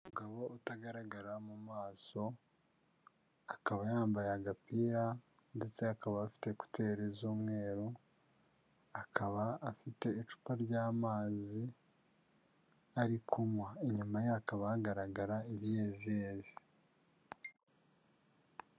Umugabo utagaragara mu maso akaba yambaye agapira ndetse akaba afite ekuteri z'umweru, akaba afite icupa ry'amazi ari kunywa, inyuma ye hakaba hagaragara ibiyeziyezi.